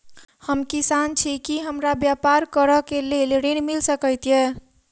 हम किसान छी की हमरा ब्यपार करऽ केँ लेल ऋण मिल सकैत ये?